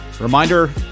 Reminder